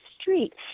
street